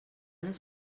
les